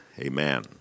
amen